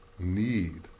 need